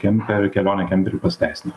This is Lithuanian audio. kemperiu kelionė kemperiu pasiteisina